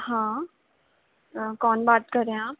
हाँ कौन बात कर रहें आप